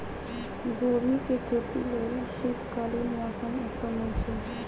गोभी के खेती लेल शीतकालीन मौसम उत्तम होइ छइ